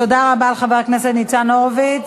תודה רבה לחבר הכנסת ניצן הורוביץ.